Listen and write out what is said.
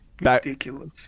Ridiculous